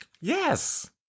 Yes